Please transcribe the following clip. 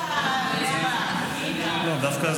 זיכרון הלחימה והגבורה,